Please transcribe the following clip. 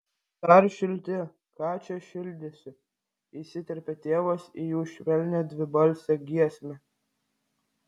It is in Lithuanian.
dar šilti ką čia šildysi įsiterpė tėvas į jų švelnią dvibalsę giesmę